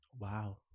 Wow